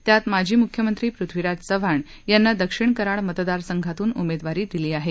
त्यात माजी मुख्यमंत्री पृथ्वीराज चव्हाण यांना दक्षिण कराड मतदार संघातून उमेदवारी दिली आहे